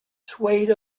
swayed